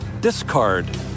discard